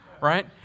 right